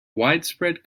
widespread